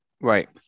Right